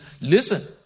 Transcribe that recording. Listen